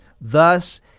Thus